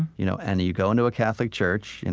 you know and you go into a catholic church, and